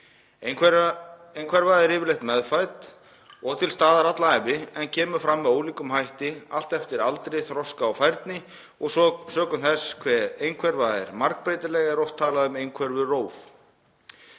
Einhverfa er yfirleitt meðfædd og til staðar alla ævi en kemur fram með ólíkum hætti allt eftir aldri, þroska og færni og sökum þess hve einhverfa er margbreytileg er oft talað um einhverfuróf.